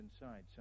inside